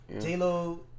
J-Lo